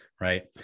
right